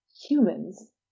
humans